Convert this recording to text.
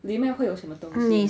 里面会有什么东西